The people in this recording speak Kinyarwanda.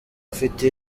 afite